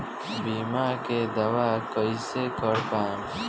बीमा के दावा कईसे कर पाएम?